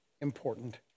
important